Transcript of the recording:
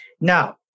Now